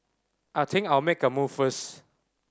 I think I'll make a move first